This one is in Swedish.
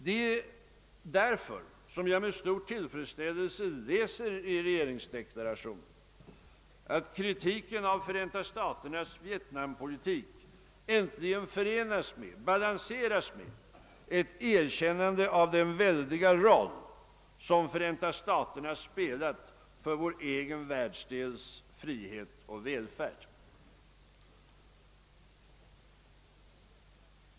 Det är därför som jag med stor tillfredsställelse läser i regeringsdeklarationen, att kritiken mot Förenta staternas vietnampolitik äntligen balanseras med ett erkännande av den väldiga roll som Förenta staterna spelat »för vår egen världsdels frihet och välfärd».